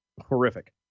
horrific